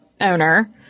owner